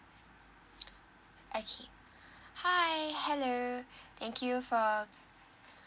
okay hi hello thank you for